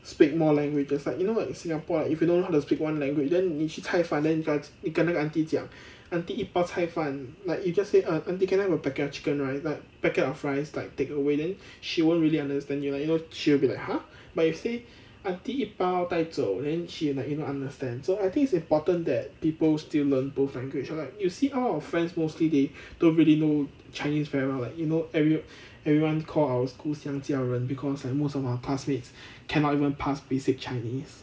speak more languages like you know like singapore like if you know how to speak one language then 你去菜饭 then 你去跟那个 aunty 讲 aunty 一包菜饭 like you just say err aunty can I have a packet of chicken rice like packet of rice like take away then she won't really understand you like you know she will be like !huh! but if you say aunty 一包带走 then she like you know understand so I think it's important that people still learn both languages or like you see most of our of friends mostly they don't really know chinese very well like you know every~ everyone call our school 香蕉人 because like most of our classmates cannot even pass basic chinese